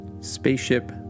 Spaceship